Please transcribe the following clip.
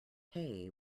hay